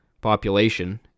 population